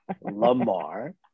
Lamar